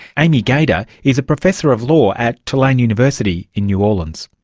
amy gajda is a professor of law at tulane university in new orleans.